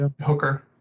Hooker